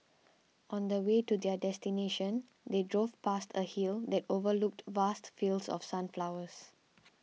on the way to their destination they drove past a hill that overlooked vast fields of sunflowers